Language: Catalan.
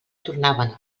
tornaven